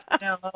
No